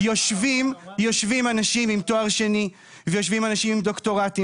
יושבים אנשים עם תואר שני ויושבים אנשים עם דוקטורטים